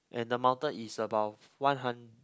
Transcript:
and the mountain is about one hun~